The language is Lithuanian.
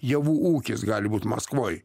javų ūkis gali būt maskvoj